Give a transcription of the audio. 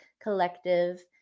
Collective